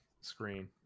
screen